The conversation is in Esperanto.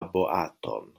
boaton